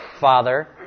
Father